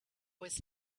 was